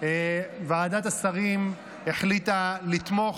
ועדת השרים החליטה לתמוך.